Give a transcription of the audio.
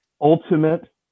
ultimate